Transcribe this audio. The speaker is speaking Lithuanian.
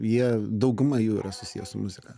jie dauguma jų yra susiję su muzika